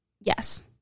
Yes